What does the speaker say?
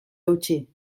eutsi